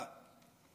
תודה.